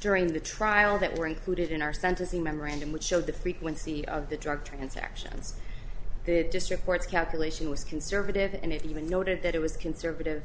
during the trial that were included in our sentencing memorandum which showed the frequency of the drug transactions that just reports calculation was conservative and it even noted that it was conservative